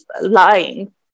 lying